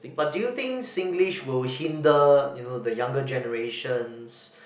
but do you think Singlish will hinder you know the younger generations